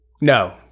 No